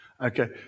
Okay